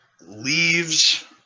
leaves